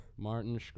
Martin